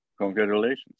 congratulations